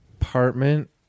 apartment